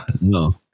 No